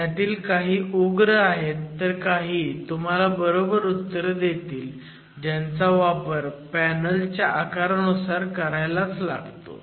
ह्यातील काही उग्र आहेत तर काही तुम्हाला बरोबर उत्तर देतील ज्यांचा वापर पॅनल च्या आकारानुसार करायलाच लागतो